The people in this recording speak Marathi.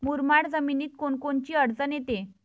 मुरमाड जमीनीत कोनकोनची अडचन येते?